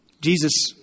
Jesus